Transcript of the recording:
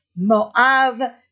Moav